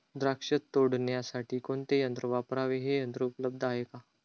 द्राक्ष तोडण्यासाठी कोणते यंत्र वापरावे? हे यंत्र उपलब्ध आहे का?